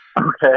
Okay